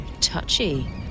Touchy